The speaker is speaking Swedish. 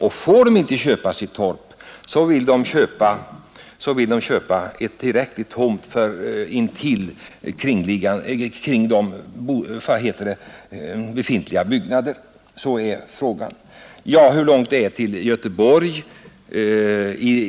Och får de inte köpa sitt torp vill de köpa en tillräcklig tomt kring befintliga byggnader. Hur långt är det till Göteborg, frågade statsrådet.